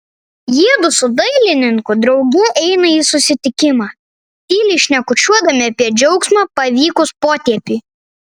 jiedu su dailininku drauge eina į susitikimą tyliai šnekučiuodami apie džiaugsmą pavykus potėpiui